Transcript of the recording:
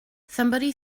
somebody